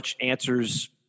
answers